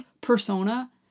persona